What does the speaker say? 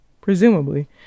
presumably